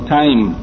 time